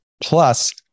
Plus